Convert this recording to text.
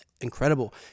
incredible